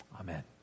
Amen